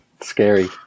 Scary